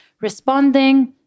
responding